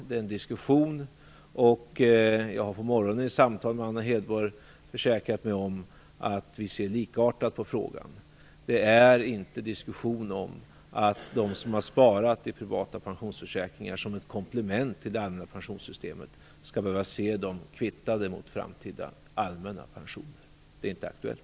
Det är en diskussion. Jag har nu på morgonen i samtal med Anna Hedborg försäkrat mig om att vi ser likartat på frågan. Det är ingen diskussion om att de som har sparat i privata pensionsförsäkringar som ett komplement till det allmänna pensionssystemet skall behöva se dem kvittade mot framtida allmänna pensioner. Det är inte aktuellt.